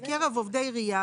"בקרב עובדי עירייה,